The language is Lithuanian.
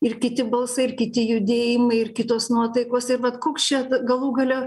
ir kiti balsai ir kiti judėjimai ir kitos nuotaikos ir vat koks čia galų gale